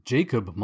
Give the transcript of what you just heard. Jacob